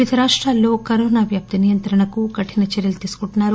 వివిధ రాష్టాల్లో కరోనా వ్యాప్తి నియంత్రణకు కఠిన చర్యలు తీసుకుంటున్నారు